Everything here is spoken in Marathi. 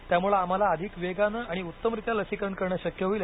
त्यामुळे आम्हाला अधिक वेगानं आणि उत्तमरित्या लसीकरण करणं शक्य होईल